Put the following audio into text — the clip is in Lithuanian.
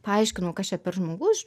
paaiškinau kas čia per žmogus